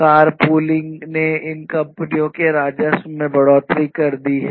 car pooling ने इन कंपनियों के राजस्व में बढ़ोतरी कर दी है